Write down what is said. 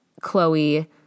Chloe